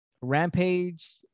Rampage